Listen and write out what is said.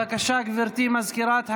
בבקשה, גברתי סגנית מזכירת הכנסת,